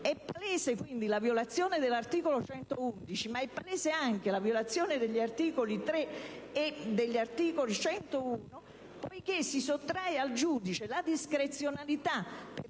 È palese quindi la violazione dell'articolo 111, ma è palese anche la violazione degli articoli 3 e 101, poiché si sottrae al giudice la discrezionalità - per